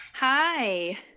Hi